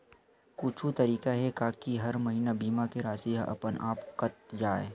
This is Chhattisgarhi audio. कुछु तरीका हे का कि हर महीना बीमा के राशि हा अपन आप कत जाय?